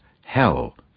hell